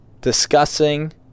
discussing